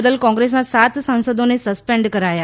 બદલ કોંગ્રેસના સાત સાંસદોને સસ્પેન્ડ કરાયા